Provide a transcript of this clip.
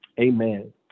Amen